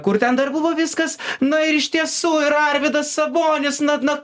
kur ten dar buvo viskas na ir iš tiesų ir arvydas sabonis na na